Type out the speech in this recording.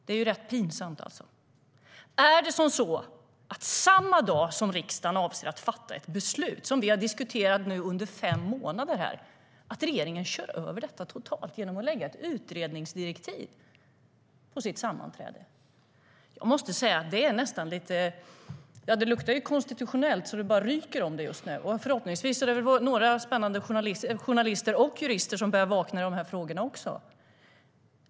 Det är rätt pinsamt, alltså. Samma dag som riksdagen avser att fatta ett beslut som vi diskuterat om i fem månader kör regeringen över det totalt genom ett utredningsdirektiv. Det luktar konstitutionellt så det bara ryker om det. Förhoppningsvis är det väl några journalister och jurister som börjar vakna i de här frågorna.